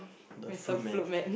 the foot man